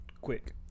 quick